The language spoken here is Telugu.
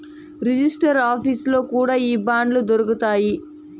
రిజిస్టర్ ఆఫీసుల్లో కూడా ఈ బాండ్లు దొరుకుతాయి